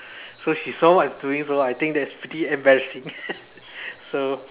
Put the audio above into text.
so she saw what I was doing so I think that is pretty embarrassing so